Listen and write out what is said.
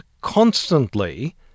constantly